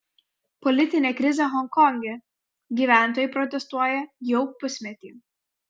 politinė krizė honkonge gyventojai protestuoja jau pusmetį